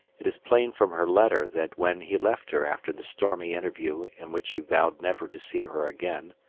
it is plain from her letter that when he left her after the stormy interview in which he vowed never to see her again,